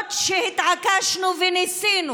למרות שהתעקשנו וניסינו,